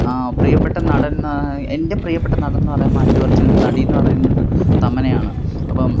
പ്രിയപ്പെട്ട നടൻ എന്റെ പ്രിയ്യപ്പെട്ട നടനെന്നു പറയുമ്പോള് അല്ലു അർജ്ജുനും നടിയെന്നു പറയുന്നത് തമന്നയാണ് അപ്പോള്